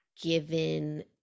given